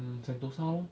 um sentosa lor